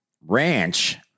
Ranch